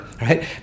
right